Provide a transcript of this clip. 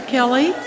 Kelly